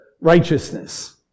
righteousness